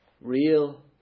Real